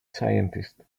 scientist